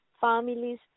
families